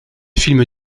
films